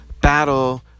battle